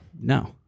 No